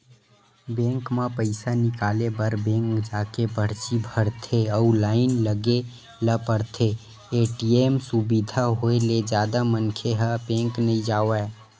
bank म पइसा निकाले बर बेंक जाके परची भरथे अउ लाइन लगे ल परथे, ए.टी.एम सुबिधा होय ले जादा मनखे ह बेंक नइ जावय